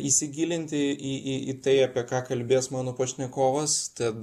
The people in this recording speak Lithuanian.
įsigilinti į į į tai apie ką kalbės mano pašnekovas tad